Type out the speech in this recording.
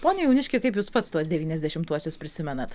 pone jauniški kaip jūs pats tuos devyniasdešimtuosius prisimenat